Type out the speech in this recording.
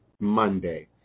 Monday